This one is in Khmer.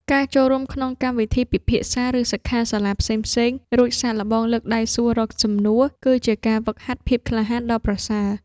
ការចូលរួមក្នុងកម្មវិធីពិភាក្សា ឬសិក្ខាសាលាផ្សេងៗ រួចសាកល្បងលើកដៃសួររកសំណួរ គឺជាការហ្វឹកហាត់ភាពក្លាហានដ៏ប្រសើរ។